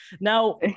Now